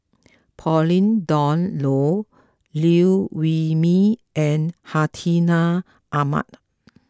Pauline Dawn Loh Liew Wee Mee and Hartinah Ahmad